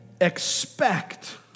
Expect